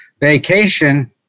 vacation